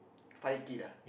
five kid lah